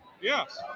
Yes